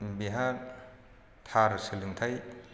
बिहा थार सोलोंथाय